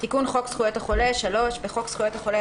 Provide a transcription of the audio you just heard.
"תיקון חוק זכויות החולה 3.בחוק זכויות החולה,